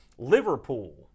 Liverpool